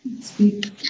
speak